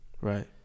Right